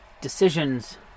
decisions